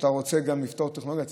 כשאתה רוצה לפתור טכנולוגית,